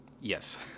yes